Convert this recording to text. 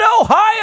Ohio